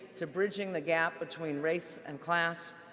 to bridging the gap between race and class,